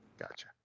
Gotcha